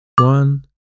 one